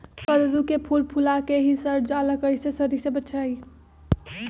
कददु के फूल फुला के ही सर जाला कइसे सरी से बचाई?